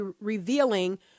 revealing